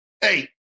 hey